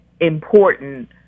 important